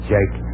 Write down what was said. Jake